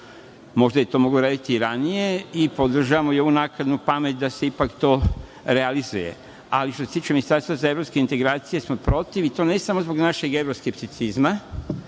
možda je to moglo da se uradi i ranije, i podržavamo i ovu naknadnu pamet da se ipak to realizuje. Što se tiče ministarstva za evropske integracije smo protiv, i to ne samo zbog našeg evroskepticizma,